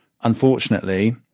unfortunately